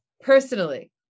Personally